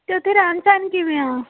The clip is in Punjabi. ਅਤੇ ਉੱਥੇ ਰਹਿਣ ਸਹਿਣ ਕਿਵੇਂ ਹੈ